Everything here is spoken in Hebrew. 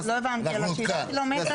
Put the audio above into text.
אבל לא הבנתי על ה-7 ק"מ.